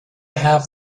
have